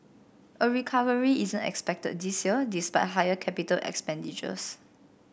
a recovery isn't expected this year despite higher capital expenditures